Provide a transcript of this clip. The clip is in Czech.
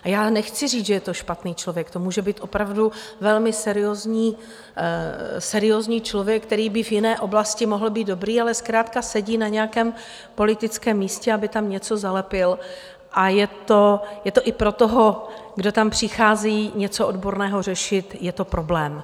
A já nechci říct, že je to špatný člověk, to může být opravdu velmi seriózní člověk, který by v jiné oblasti mohl být dobrý, ale zkrátka sedí na nějakém politickém místě, aby tam něco zalepil, a je to i pro toho, kdo tam přichází něco odborného řešit, problém.